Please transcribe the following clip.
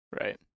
Right